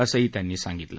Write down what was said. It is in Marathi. असंही त्यांनी सांगितलं